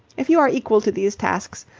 if you are equal to these tasks,